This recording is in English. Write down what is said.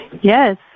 Yes